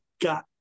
got